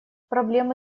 проблемы